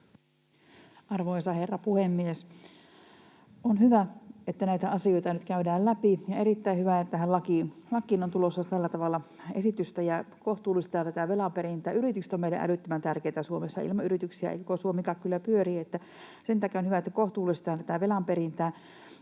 Arvoisa herra puhemies! On hyvä, että näitä asioita nyt käydään läpi, ja erittäin hyvä, että tähän lakiin on tulossa tällä tavalla esitystä ja kohtuullistetaan tätä velan perintää. Yritykset ovat meille älyttömän tärkeitä Suomessa. Ilman yrityksiä ei koko Suomikaan kyllä pyöri, eli sen takia on hyvä, että kohtuullistetaan tätä velan perintää.